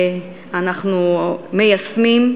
ואנחנו מיישמים,